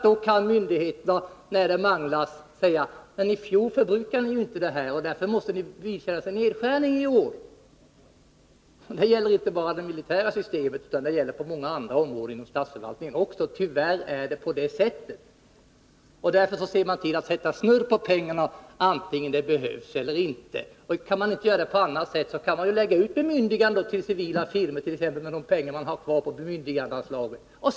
Då kan myndigheterna när det manglas säga: Men i fjol förbrukade ni inte detta belopp, därför måste ni vidkännas en nedskärning i år. Detta gäller inte bara det militära systemet, utan många andra områden inom statsförvaltningen också, tyvärr. Man ser alltså till att sätta snurr på pengarna vare sig det behövs eller inte. Kan man inte göra det på annat sätt kan man lägga ut bemyndiganden till civila firmor t.ex. med de pengar man har kvar på bemyndigandeanslaget för året.